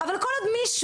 אבל כל עוד מישהו,